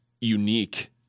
unique